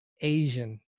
asian